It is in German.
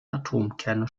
atomkerne